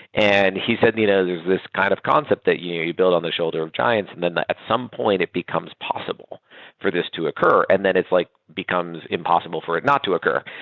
and he said you know there's this kind of concept that you you build on the shoulders of giants and then at some point it becomes possible for this to occur, and then it's like becomes impossible for it not to occur.